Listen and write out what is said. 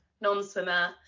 non-swimmer